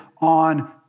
on